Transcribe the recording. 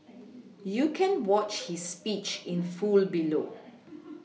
you can watch his speech in full below